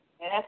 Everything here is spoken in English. Yes